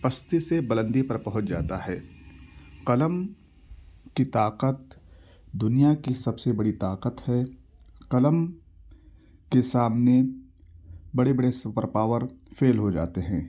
پستی سے بلندی پر پہنچ جاتا ہے قلم کی طاقت دنیا کی سب سے بڑی طاقت ہے قلم کے سامنے بڑے بڑے سپر پاور فیل ہو جاتے ہیں